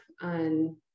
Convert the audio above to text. on